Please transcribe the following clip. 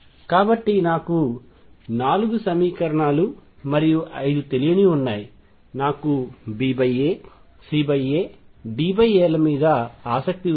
కాబట్టి నాకు నాలుగు సమీకరణాలు మరియు ఐదు తెలియనివి ఉన్నాయి నాకు BA CA DAల మీద ఆసక్తి ఉన్నది